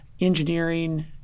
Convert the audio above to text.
engineering